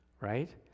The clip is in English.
right